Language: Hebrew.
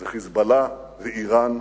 זה "חיזבאללה", זה אירן.